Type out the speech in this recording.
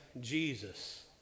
Jesus